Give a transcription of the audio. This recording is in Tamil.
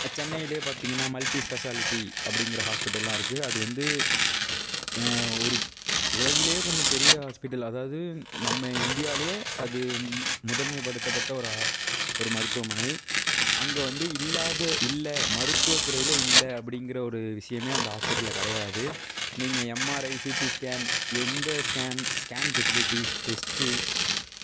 சென்னையிலேயே பார்த்திங்கனா மல்டி ஸ்பெசாலிட்டி அப்படிங்கிற ஹாஸ்பிட்டல்லாம் இருக்கு அது வந்து ஒரு உலகிலேயே கொஞ்சம் பெரிய ஹாஸ்பிட்டல் அதாவது நம்ம இந்தியாவிலே அது முதன்மைப்படுத்தப்பட்ட ஒரு ஒரு மருத்துவமனை அங்கே வந்து இல்லாததே இல்லை மருத்துவத்துறையில் இல்லை அப்படிங்கிற ஒரு விஷயமே அங்கே ஹாஸ்பிட்டலில் கிடையாது நீங்கள் எம்ஆர்ஐ சிடி ஸ்கேன் எந்த ஸ்கேன் ஸ்கேன் பெசிலிட்டிஸ் டெஸ்ட்டு